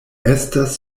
estas